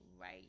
right